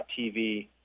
TV